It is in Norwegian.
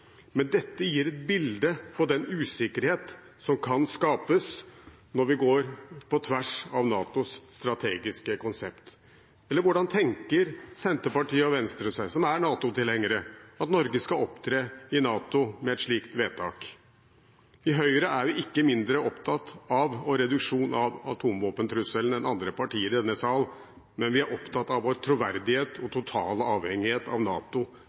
Men dette gir et bilde på den usikkerhet som kan skapes når vi går på tvers av NATOs strategiske konsept. Eller hvordan tenker Senterpartiet og Venstre seg, som er NATO-tilhengere, at Norge skal opptre i NATO med et slikt vedtak? I Høyre er vi ikke mindre opptatt av reduksjon av atomvåpentrusselen enn andre partier i denne sal, men vi er opptatt av vår troverdighet og totale avhengighet av NATO